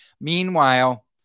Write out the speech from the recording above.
Meanwhile